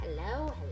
hello